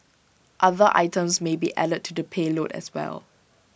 other items may be added to the payload as well